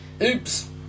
oops